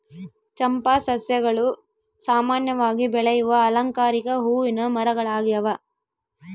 ಚಂಪಾ ಸಸ್ಯಗಳು ಸಾಮಾನ್ಯವಾಗಿ ಬೆಳೆಯುವ ಅಲಂಕಾರಿಕ ಹೂವಿನ ಮರಗಳಾಗ್ಯವ